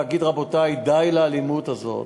להגיד: רבותי, די לאלימות הזאת.